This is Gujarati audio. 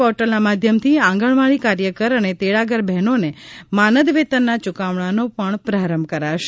પોર્ટલના માધ્યમથી આંગણવાડી કાર્યકર અને તેડાગર બહેનોને માનદ વેતનના યુકવણાનો પણ પ્રારંભ કરાશે